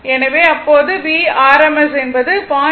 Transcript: எனவே அப்போது Vrms என்பது 0